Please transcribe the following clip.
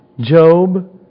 Job